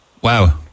wow